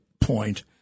point